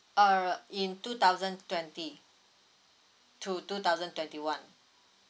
uh in two thousand twenty to two thousand twenty one